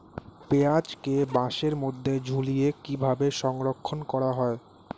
পেঁয়াজকে বাসের মধ্যে ঝুলিয়ে কিভাবে সংরক্ষণ করা হয়?